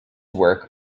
work